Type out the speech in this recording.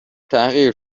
تحقیر